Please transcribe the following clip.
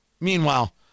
Meanwhile